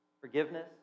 forgiveness